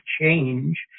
change